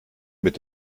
mit